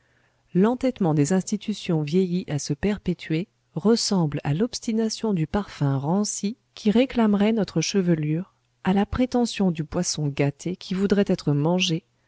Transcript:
l'entêtement des institutions vieillies à se perpétuer ressemble à l'obstination du parfum ranci qui réclamerait notre chevelure à la prétention du poisson gâté qui voudrait être mangé